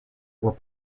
were